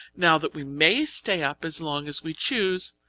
now that we may stay up as long as we choose,